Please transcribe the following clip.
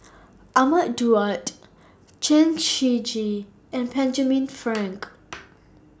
Ahmad Daud Chen Shiji and Benjamin Frank